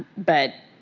but,